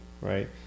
Right